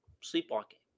sleepwalking